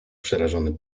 przerażony